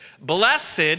Blessed